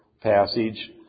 passage